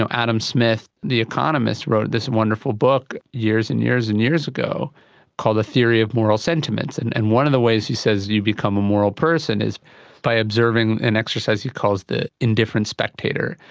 so adam smith the economist wrote this wonderful book years and years and years ago called the theory of moral sentiments, and and one of the ways he says you become a moral person is by observing an exercise he calls the indifferent spectator.